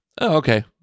okay